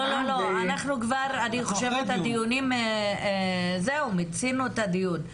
לא, לא, אני חושבת שמיצינו את הדיון.